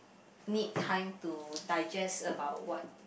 need time to digest about what